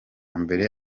mbere